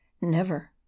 Never